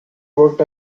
worked